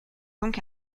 donc